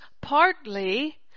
partly